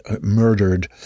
murdered